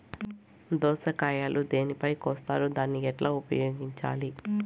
దోస కాయలు దేనితో కోస్తారు దాన్ని ఎట్లా ఉపయోగించాలి?